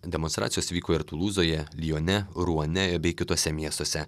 demonstracijos vyko ir tulūzoje lione ruane bei kituose miestuose